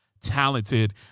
talented